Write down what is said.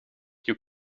you